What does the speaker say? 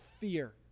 fear